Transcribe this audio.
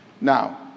now